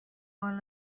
حالو